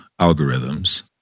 algorithms